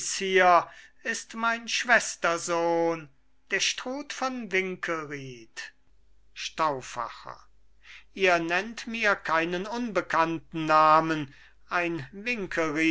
ist mein schwestersohn der struth von winkelried stauffacher ihr nennt mir keinen unbekannten namen ein